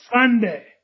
Sunday